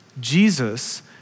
Jesus